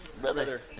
Brother